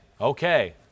okay